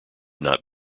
not